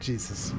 Jesus